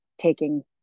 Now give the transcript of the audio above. taking